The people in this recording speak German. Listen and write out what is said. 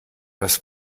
das